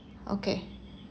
okay